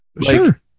Sure